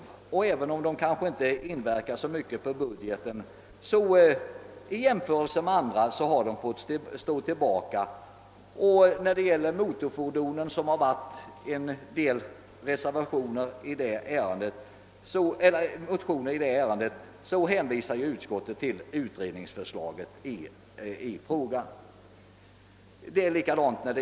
De summor det rör sig om är visserligen inte så stora att de skulle påverka budgeten i någon större utsträckning, men de har dock fått stå tillbaka för andra behov. I fråga om bidrag och lån till motorfordon har en del motioner väckts. Utskottet hänvisar till att man vill avvakta utredningsförslaget innan man omprövar bidragsreglerna.